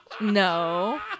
No